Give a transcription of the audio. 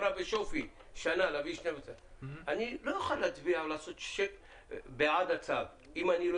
--- אני לא יכול להצביע בעד הצו אם לא